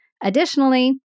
Additionally